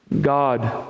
God